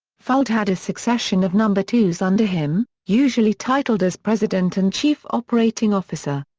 fuld had a succession of number twos under him, usually titled as president and chief operating officer.